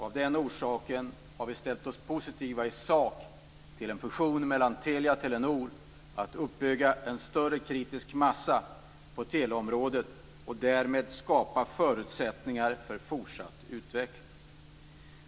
Av den orsaken har vi ställt oss positiva i sak till en fusion mellan Telia och Telenor att uppbygga en större kritisk massa på teleområdet och därmed skapa förutsättningar för fortsatt utveckling.